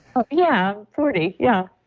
yeah. forty. yeah,